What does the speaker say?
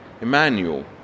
Emmanuel